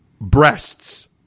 breasts